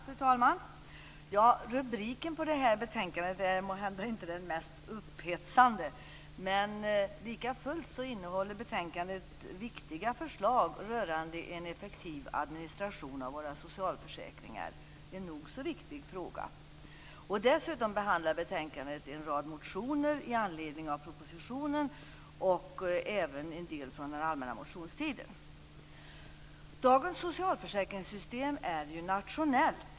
Fru talman! Rubriken på det här betänkandet är måhända inte den mest upphetsande. Men likafullt innehåller betänkandet viktiga förslag rörande en effektiv administration av våra socialförsäkringar, en nog så viktig fråga. Dessutom behandlar betänkandet en rad motioner i anledning av propositionen och även en del motioner från den allmänna motionstiden. Dagens socialförsäkringssystem är nationellt.